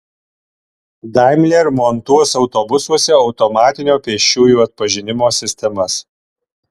daimler montuos autobusuose automatinio pėsčiųjų atpažinimo sistemas